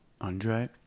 Andre